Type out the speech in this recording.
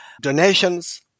donations